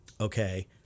Okay